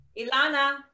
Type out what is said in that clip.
ilana